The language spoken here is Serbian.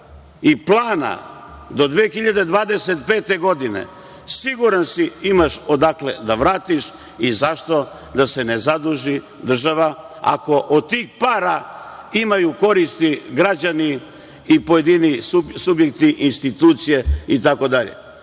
i plana do 2025. godine – siguran si, imaš odakle da vratiš i zašto da se ne zaduži država ako od tih para imaju koristi građani i pojedini subjekti, institucije, itd.